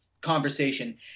Conversation